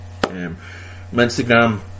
Instagram